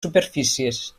superfícies